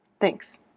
Thanks